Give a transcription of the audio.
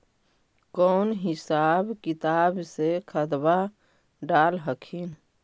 कौन हिसाब किताब से खदबा डाल हखिन?